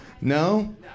No